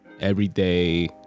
everyday